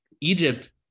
egypt